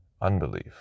Unbelief